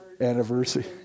anniversary